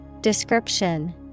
Description